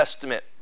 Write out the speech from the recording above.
Testament